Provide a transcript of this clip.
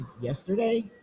yesterday